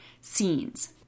scenes